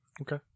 Okay